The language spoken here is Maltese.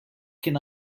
kien